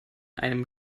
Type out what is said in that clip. einem